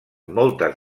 moltes